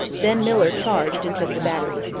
then miller charged and took the battery.